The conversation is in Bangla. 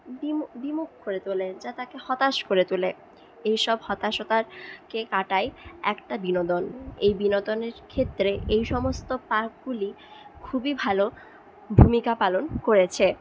বিমু বিমুখ করে তোলে যা তাকে হতাশ করে তোলে এইসব হতাশতাকে কাটায় একটা বিনোদন এই বিনোদনের ক্ষেত্রে এই সমস্ত পার্কগুলি খুবই ভালো ভূমিকা পালন করেছে